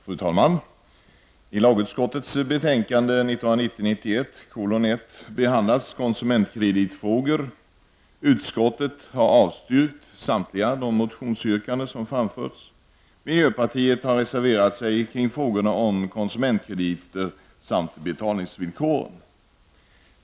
Fru talman! I lagutskottets betänkande 1990/91:1 behandlas konsumentkreditfrågor. Utskottet har avstyrkt samtliga de motionsyrkanden som framförts. Miljöpartiet har reserverat sig kring frågorna om konsumentkrediter samt betalningsvillkor.